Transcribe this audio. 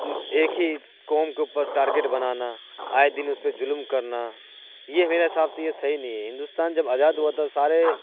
ایک ہی کوم کے اوپر ٹارگیٹ بنانا آئے دن اس پہ ظلم کرنا یہ میرے حساب سے یہ صحیح نہیں ہے ہندوستان جب آزاد ہوا تھا سارے